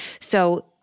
So-